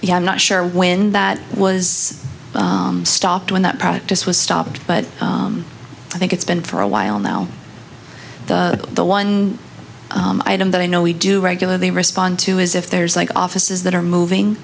yeah i'm not sure when that was stopped when that practice was stopped but i think it's been for a while now the one item that i know we do regularly respond to is if there's like offices that are moving